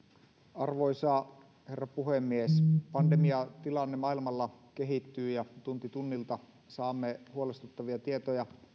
arvoisa herra puhemies pandemiatilanne maailmalla kehittyy ja tunti tunnilta saamme huolestuttavia tietoja